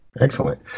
Excellent